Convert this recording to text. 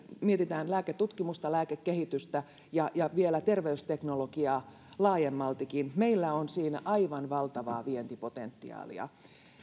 mietimme lääketutkimusta lääkekehitystä ja ja vielä terveysteknologiaa laajemmaltikin meillä on siinä aivan valtavaa vientipotentiaalia